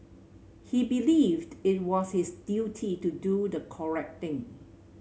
he believed it was his duty to do the correct thing